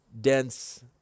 dense